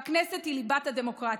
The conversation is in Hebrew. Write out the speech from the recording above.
והכנסת היא ליבת הדמוקרטיה.